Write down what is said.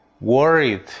worried